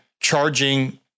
charging